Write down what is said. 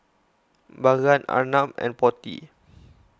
Bhagat Arnab and Potti